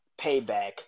Payback